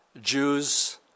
Jews